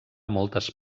moltes